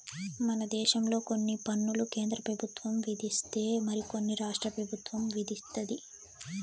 మన దేశంలో కొన్ని పన్నులు కేంద్ర పెబుత్వం విధిస్తే మరి కొన్ని రాష్ట్ర పెబుత్వం విదిస్తది